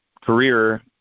career